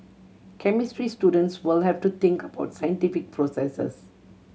chemistry students will have to think about scientific processes